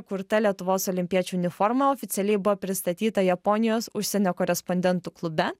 kurta lietuvos olimpiečių uniforma oficialiai buvo pristatyta japonijos užsienio korespondentų klube